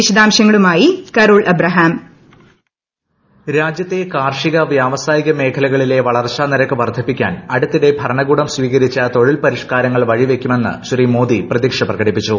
വിശദാംശങ്ങളുമായി കരോൾ ് അബ്രഹാം വോയ്സ് ീ രാജ്യത്തെ കാർഷിക വ്യാവസായിക മേഖലകളിലെ വളർച്ച നിരക്ക് വർദ്ധിപ്പിക്കാൻ അടുത്തിടെ ഭരണകൂടം സ്വീകരിച്ച തൊഴിൽ പരിഷ്കാരങ്ങൾ വഴിവെക്കുമെന്ന് ശ്രീ മോദി പ്രതീക്ഷ പ്രകടിപ്പിച്ചു